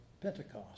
Pentecost